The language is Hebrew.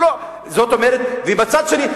ומצד שני,